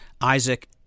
Isaac